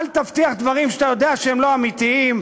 אל תבטיח דברים שאתה יודע שהם לא אמיתיים.